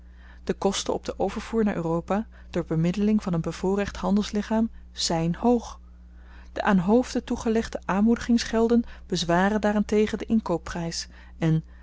de kosten op den overvoer naar europa door bemiddeling van een bevoorrecht handelslichaam zyn hoog de aan de hoofden toegelegde aanmoedigingsgelden bezwaren daarentegen den inkoopprys en